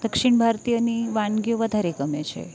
દક્ષિણ ભારતીયની વાનગીઓ વધારે ગમે છે